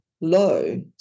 low